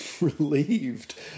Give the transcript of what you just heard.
relieved